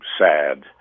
sad